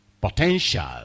potential